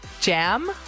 jam